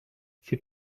c’est